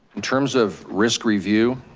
in terms of risk review,